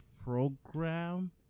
program